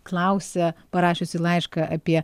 klausia parašiusi laišką apie